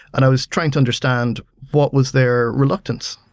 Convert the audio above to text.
and i was trying to understand what was their reluctance.